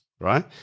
right